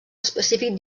específic